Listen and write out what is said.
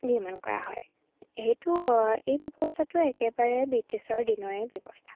নিৰ্মাণ কৰা হয় সেইটো এই ব্যৱস্থাটো একেবাৰে ব্ৰিটিছৰ দিনৰেই ব্যৱস্থা